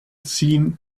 seen